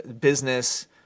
business